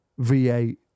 V8